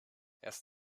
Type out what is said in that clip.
erst